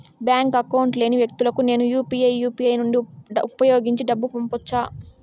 Bank account లేని వ్యక్తులకు నేను యు పి ఐ యు.పి.ఐ ను ఉపయోగించి డబ్బు పంపొచ్చా?